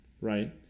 right